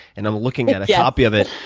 and i'm looking at a copy of it.